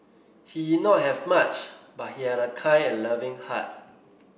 he did not have much but he had a kind and loving heart